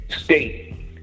state